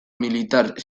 militar